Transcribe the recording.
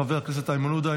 חבר הכנסת איימן עודה,